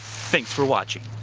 thanks for watching.